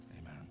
Amen